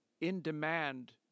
in-demand